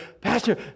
Pastor